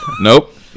Nope